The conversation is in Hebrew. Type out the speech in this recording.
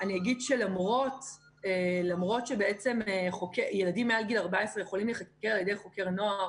אני אומר שלמרות שבעצם ילדים מעל גיל 14 יכולים להיחקר על ידי חוקר נוער